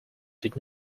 did